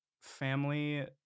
family